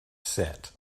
set